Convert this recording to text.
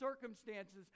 circumstances